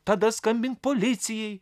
tada skambink policijai